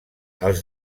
als